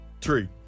Three